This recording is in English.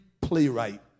playwright